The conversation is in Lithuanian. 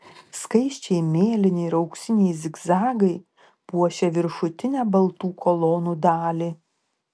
skaisčiai mėlyni ir auksiniai zigzagai puošė viršutinę baltų kolonų dalį